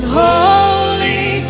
holy